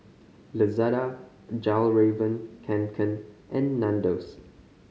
Lazada Fjallraven Kanken and Nandos